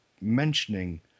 mentioning